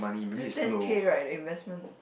eh ten K right the investment